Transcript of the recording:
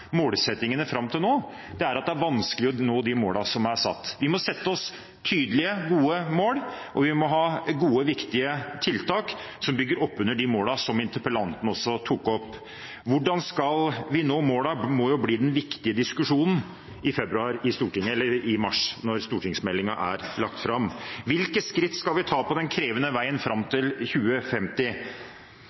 målsettingene fram til nå, at det er vanskelig å nå de målene som er satt. Vi må sette oss tydelige, gode mål, og vi må ha gode, viktige tiltak som bygger oppunder de målene som interpellanten også tok opp. Hvordan vi skal nå målene, må jo bli den viktige diskusjonen i Stortinget i mars, når stortingsmeldingen er lagt fram. Hvilke skritt skal vi ta på den krevende veien fram til 2050?